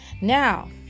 Now